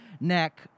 neck